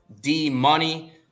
D-Money